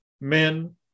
men